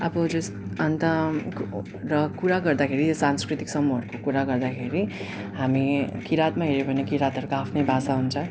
अब जस अन्त र कुरा गर्दाखेरि सांस्कृतिक समूहहरूको कुरा गर्दाखेरि हामी किँरातमा हेऱ्यो भने किँरातहरूको आफ्नै भाषा हुन्छ